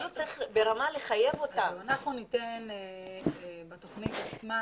בתוכנית עצמה